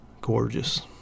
Gorgeous